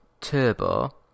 Turbo